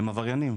הם עבריינים.